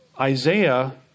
Isaiah